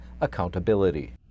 accountability